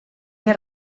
més